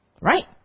right